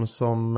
som